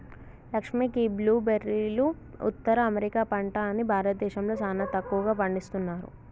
లక్ష్మీ గీ బ్లూ బెర్రీలు ఉత్తర అమెరికా పంట అని భారతదేశంలో సానా తక్కువగా పండిస్తున్నారు